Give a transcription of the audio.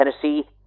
Tennessee